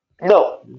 No